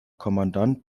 kommandant